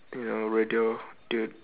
you know radio dude